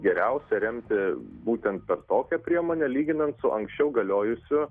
geriausia remti būtent per tokią priemonę lyginant su anksčiau galiojusiu